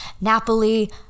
Napoli